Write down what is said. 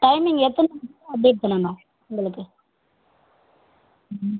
timing எத்தனை மணிக்குள்ளே update பண்ணணும் உங்களுக்கு ம்